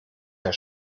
herr